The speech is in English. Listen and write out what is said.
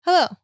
Hello